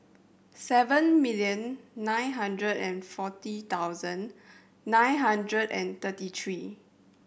seven million nine hundred and forty thousand nine hundred and thirty three